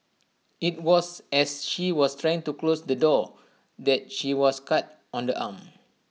IT was as she was trying to close the door that she was cut on the arm